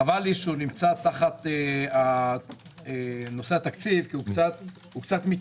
חבל לי שהוא נמצא תחת נשא התקציב כי הוא קצת מתעוות.